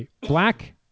Black